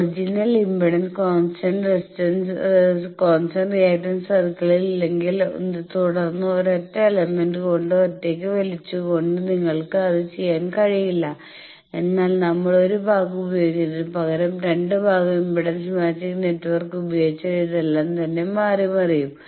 original impedance constant resistance constant resistant constant reactant സർക്കിളിൽ ഇല്ലെങ്കിൽ തുടർന്ന് ഒരൊറ്റ എലമെന്റ് കൊണ്ട് ഒറ്റയ്ക്ക് വലിച്ചുകൊണ്ട് നിങ്ങൾക്ക് അത് ചെയ്യാൻ കഴിയില്ല എന്നാൽ നമ്മൾ 1 ഭാഗം ഉപയോഗിക്കുന്നതിന് പകരം 2 ഭാഗം ഇംപെഡൻസ് മാച്ചിങ് നെറ്റ്വർക്ക് ഉപയോഗിച്ചാൽ ഇതെല്ലാം തന്നെ മാറിമറിയും